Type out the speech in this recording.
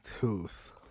tooth